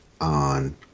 on